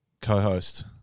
co-host